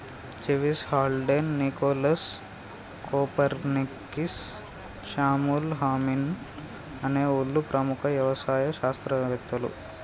జెవిస్, Haldane, Nicholas, Copernicus, Samuel Hahnemann అనే ఓళ్ళు ప్రముఖ యవసాయ శాస్త్రవేతలు